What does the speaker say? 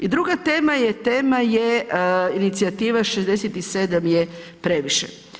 I druga tema je tema je inicijativa 67 je previše.